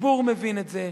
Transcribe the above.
הציבור מבין את זה.